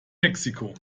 mexiko